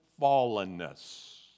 fallenness